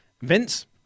Vince